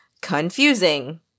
confusing